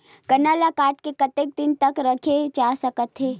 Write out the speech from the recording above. गन्ना ल काट के कतेक दिन तक रखे जा सकथे?